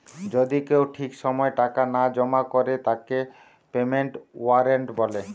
যদি কেউ ঠিক সময় টাকা না জমা করে তাকে পেমেন্টের ওয়ারেন্ট বলে